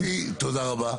גברתי, תודה רבה.